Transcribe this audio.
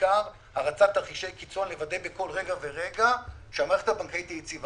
בעיקר הרצת תרחישי קיצון לוודא בכל רגע ורגע שהמערכת הבנקאית היא יציבה.